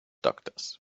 doctors